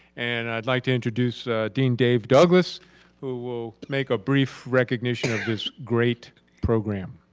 and i'd like to introduce dean dave douglas who will make a brief recognition of this great program.